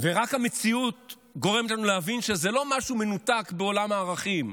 ורק המציאות גורמת לנו להבין שזה לא משהו מנותק בעולם הערכים,